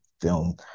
film